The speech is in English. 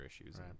issues